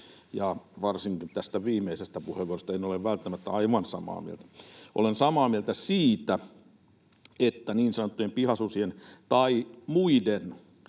ja varsinkaan tästä viimeisestä puheenvuorosta en ole välttämättä aivan samaa mieltä, olen samaa mieltä siitä, että niin sanottujen pihasusien tai muiden